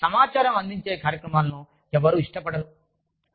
కేవలం సమాచారం అందించే కార్యక్రమాలను ఎవరూ ఇష్టపడరు